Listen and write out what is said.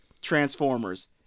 Transformers